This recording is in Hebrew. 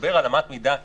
שמדבר על אמת מידה כללית.